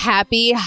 Happy